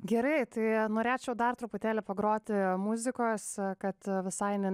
gerai tai norėčiau dar truputėlį pagroti muzikos kad visai ne